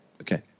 Okay